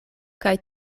kaj